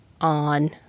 on